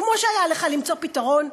כמו שהיה לך למצוא פתרון,